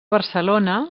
barcelona